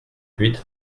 huit